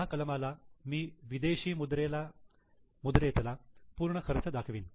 ह्या कलमाला मी विदेशी मुद्रेतला पूर्ण खर्च दाखवीन